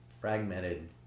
fragmented